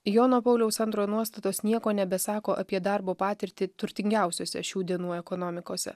jono pauliaus antro nuostatos nieko nebesako apie darbo patirtį turtingiausiose šių dienų ekonomikose